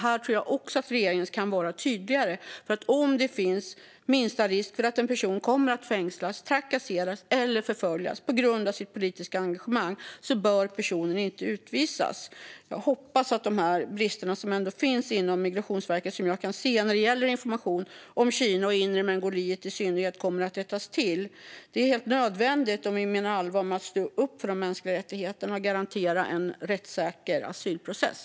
Här tror jag också att regeringen kan vara tydligare, för om det finns minsta risk för att en person kommer att fängslas, trakasseras eller förföljas på grund av sitt politiska engagemang bör personen inte utvisas. Jag hoppas att de brister som jag kan se finns inom Migrationsverket när det gäller information om Kina och Inre Mongoliet i synnerhet kommer att rättas till. Det är helt nödvändigt om vi menar allvar med att stå upp för de mänskliga rättigheterna och garantera en rättssäker asylprocess.